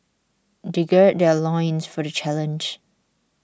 they gird their loins for the challenge